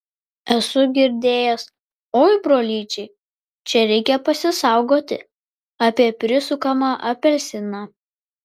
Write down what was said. esu girdėjęs oi brolyčiai čia reikia pasisaugoti apie prisukamą apelsiną